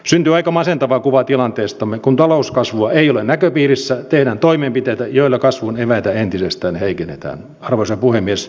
syntymäaika masentava kuva tilanteestamme kun talouskasvu ei ole näköpiirissä tehdään toimenpiteitä joilla kasvun eväitä entisestään heikennetään arvoisa puhemies